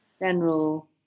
general